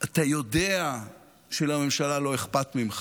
אתה יודע שלממשלה לא אכפת ממך,